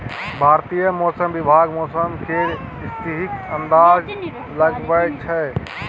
भारतीय मौसम विभाग मौसम केर स्थितिक अंदाज लगबै छै